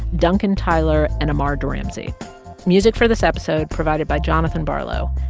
duncan tyler and amar dharamsey music for this episode provided by jonathan barlow,